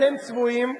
אתם צבועים.